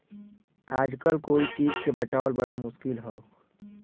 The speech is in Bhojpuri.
आजकल कोई चीज के बचावल बड़ा मुश्किल हौ